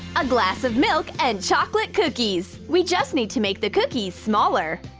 a glass of milk and chocolate cookies! we just need to make the cookies smaller!